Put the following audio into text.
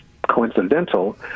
coincidental